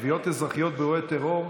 תביעות אזרחיות באירועי טרור,